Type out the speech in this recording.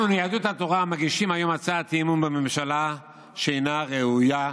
אנחנו מיהדות התורה מגישים היום הצעת אי-אמון בממשלה שאינה ראויה,